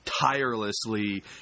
tirelessly